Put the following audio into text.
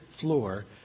floor